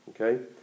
okay